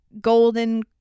golden